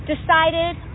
decided